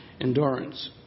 endurance